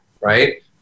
right